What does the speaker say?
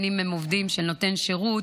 אם הם עובדים של נותן שירות,